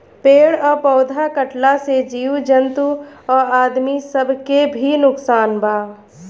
पेड़ आ पौधा कटला से जीव जंतु आ आदमी सब के भी नुकसान बा